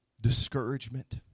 discouragement